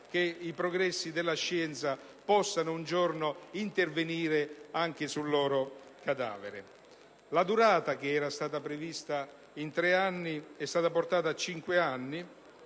che i progressi della scienza possano un giorno permettere di intervenire sul loro cadavere. La durata, che era stata prevista in tre anni, è stata portata a cinque.